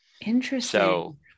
Interesting